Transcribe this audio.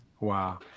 Wow